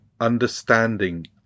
understanding